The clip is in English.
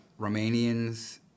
Romanians